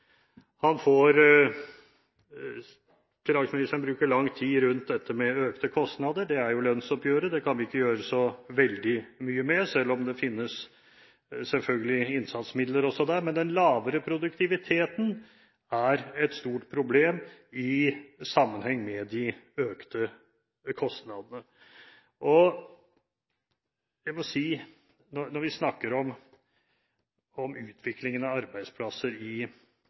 bruker lang tid rundt dette med økte kostnader, det er jo lønnsoppgjøret, det kan vi ikke gjøre så veldig mye med, selv om det selvfølgelig finnes innsatsmidler også der. Men den lavere produktiviteten er et stort problem i sammenheng med de økte kostnadene. Når vi snakker om utviklingen av arbeidsplasser i